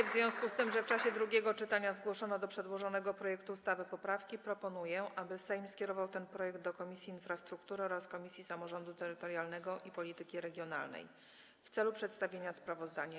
W związku z tym, że w czasie drugiego czytania zgłoszono do przedłożonego projektu ustawy poprawki, proponuję, aby Sejm skierował ten projekt do Komisji Infrastruktury oraz Komisji Samorządu Terytorialnego i Polityki Regionalnej w celu przedstawienia sprawozdania.